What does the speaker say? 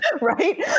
right